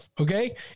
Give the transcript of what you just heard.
okay